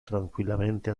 tranquillamente